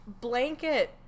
Blanket